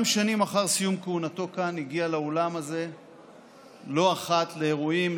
גם שנים אחר סיום כהונתו כאן הגיע לאולם הזה לא אחת לאירועים,